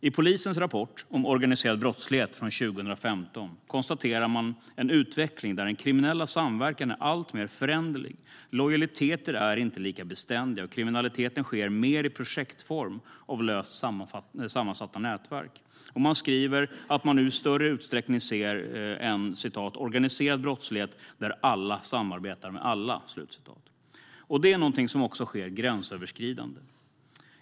I polisens rapport om organiserad brottslighet från 2015 konstaterar man en utveckling där den kriminella samverkan är alltmer föränderlig. Lojaliteter är inte lika beständiga, och kriminaliteten sker mer i projektform av löst sammansatta nätverk. Polisen skriver att man nu i större utsträckning ser en organiserad brottslighet där alla samarbetar med alla. Detta är någonting som också sker gränsöverskridande.